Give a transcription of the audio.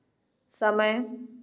समय